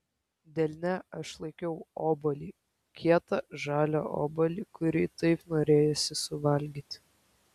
delne aš laikiau obuolį kietą žalią obuolį kurį taip norėjosi suvalgyti